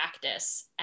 practice